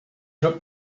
took